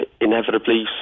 inevitably